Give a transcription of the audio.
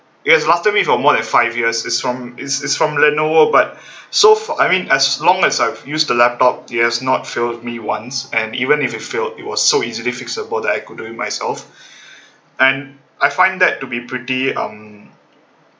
it has lasted me for more than five years is from is it's from lenovo but so f~ I mean as long as I've used the laptop it has not failed me once and even if it failed it was so easily fixable that I could do it myself and I find that to be pretty um